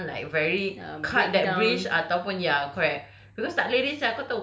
快点快点 [one] like very cut that bridge ataupun ya correct